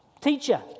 Teacher